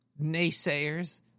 naysayers